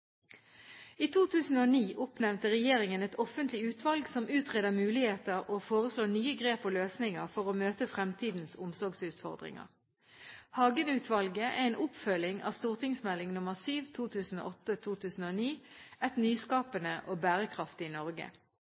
I 2009 oppnevnte regjeringen et offentlig utvalg som utreder muligheter og foreslår nye grep og løsninger for å møte fremtidens omsorgsutfordringer. Hagen-utvalget er en oppfølging av St.meld. nr. 7 for 2008–2009 Et nyskapende og bærekraftig Norge. I